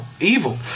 evil